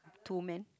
two man